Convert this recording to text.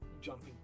jumping